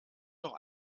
noch